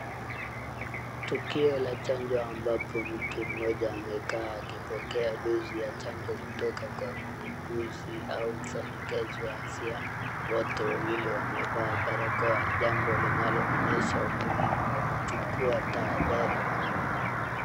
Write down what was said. Tukio la chanjo ambapo mtu mmoja amekaa akipokea dozi ya chanjo kutoka kwa muuguzi au mfanyikazi wa afya. Wote wawili wamevaa barakoa, jambo linaloonyesha umuhimu wa kuchukua tahadhari.